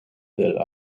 del